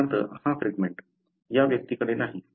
उदाहरणार्थ हा फ्रॅगमेंट या व्यक्तीकडे नाही